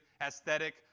aesthetic